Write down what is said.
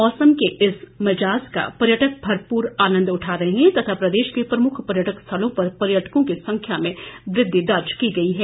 मौसम के इस मिजाज का पर्यटक भरपूर आंनद उठा रहे है तथा प्रदेश के प्रमुख पर्यटक स्थलों पर पर्यटकों की संख्या में वृद्वि दर्ज की गई हैं